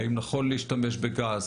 האם נכון להשתמש בגז?